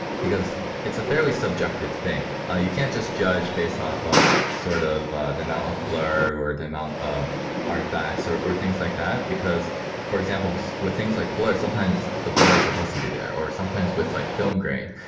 because it's a fairly subjective thing. you can't just judge based off of sort of the amount of blur, or the amount of artifacts, or or things like that because for example with things like blur, sometimes the blur is supposed to be there, or sometimes with like film grain,